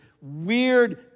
weird